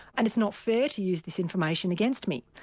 and it's not fair to use this information against me.